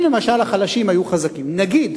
אם למשל החלשים היו חזקים, נגיד